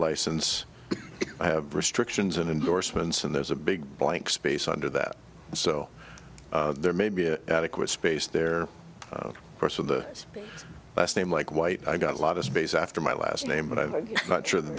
license i have restrictions and endorsements and there's a big blank space under that so there may be an adequate space there of course of the last name like white i got a lot of space after my last name but i'm not sure that